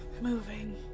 moving